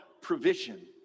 provision